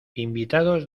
invitados